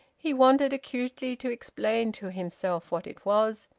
he wanted acutely to explain to himself what it was,